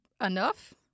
enough